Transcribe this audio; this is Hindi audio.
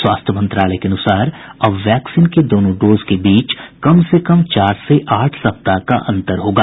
स्वास्थ्य मंत्रालय के अनुसार अब वैक्सीन के दोनों डोज के बीच कम से कम चार से आठ सप्ताह का अंतर होगा